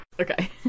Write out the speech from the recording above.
Okay